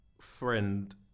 friend